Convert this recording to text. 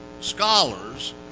scholars